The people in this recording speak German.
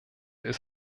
ist